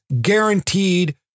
guaranteed